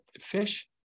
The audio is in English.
fish